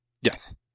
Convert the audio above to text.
Yes